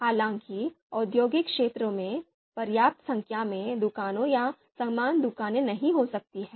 हालांकि औद्योगिक क्षेत्र में पर्याप्त संख्या में दुकानें या समान दुकानें नहीं हो सकती हैं